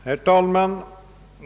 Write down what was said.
Herr talman!